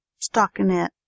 stockinette